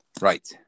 Right